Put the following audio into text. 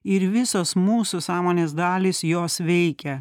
ir visos mūsų sąmonės dalys jos veikia